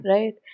Right